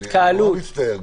אני מצטער,